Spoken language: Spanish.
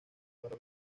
para